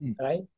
Right